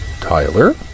tyler